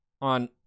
on